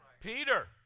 Peter